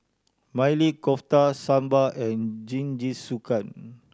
Maili Kofta Sambar and Jingisukan